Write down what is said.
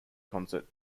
concert